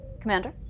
Commander